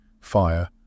fire